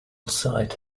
site